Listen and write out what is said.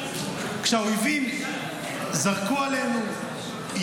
כשהאויבים זרקו עלינו,